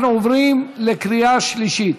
אנחנו עוברים לקריאה שלישית.